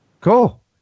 Cool